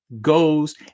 goes